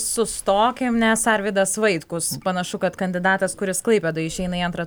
sustokim nes arvydas vaitkus panašu kad kandidatas kuris klaipėdoje išeina į antrą